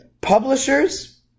publishers